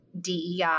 DEI